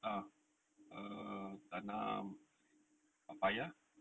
ah err tanam papaya